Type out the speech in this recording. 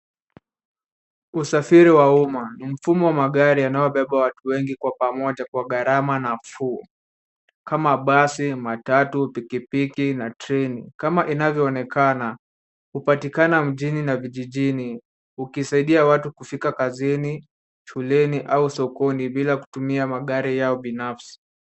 Usafiri wa umma ni mfumo wa magari yanayobeba watu wengikwa pamoja kwa gharama nafuu kama basi, matatu, pikipiki na treni. Kama inavyoonekana, hupatikana mjini na vijijini huisaidia watu kufika kazini, shuleni au sokoni bila kutumiamagari yao binafsi.